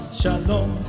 shalom